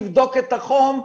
נבדוק את החום,